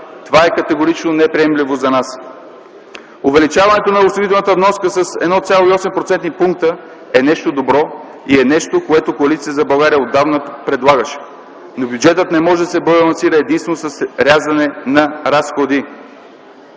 Това е категорично неприемливо за нас. Увеличаването на осигурителната вноска с 1,8 процентни пункта е нещо добро и нещо, което Коалиция за България отдавна предлагаше. Но бюджетът не може да се балансира единствено с рязане на разходи.